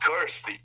cursed